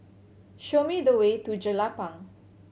show me the way to Jelapang